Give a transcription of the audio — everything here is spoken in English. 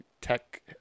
tech